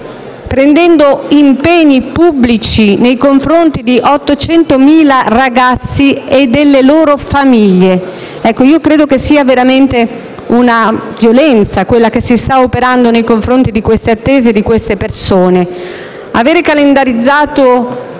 prendendo impegni pubblici nei confronti di 800.000 ragazzi e delle loro famiglie. Credo sia veramente una violenza quella che si sta operando nei confronti delle attese di queste persone. Avere calendarizzato